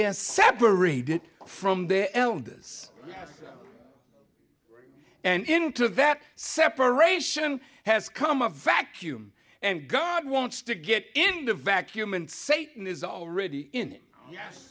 they're separated from their elders and into that separation has come of vacuum and god wants to get into a vacuum and satan is already in it yes